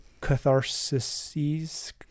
catharsis